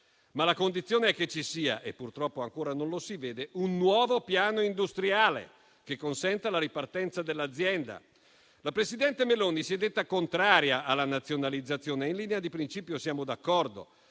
La condizione è che ci sia - e purtroppo ancora non lo si vede - un nuovo piano industriale che consenta la ripartenza dell'azienda. La presidente Meloni si è detta contraria alla nazionalizzazione e in linea di principio siamo d'accordo,